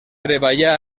treballà